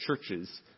churches